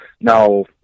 Now